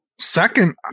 second